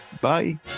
bye